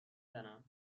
زنم